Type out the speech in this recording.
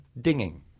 dinging